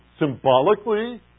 symbolically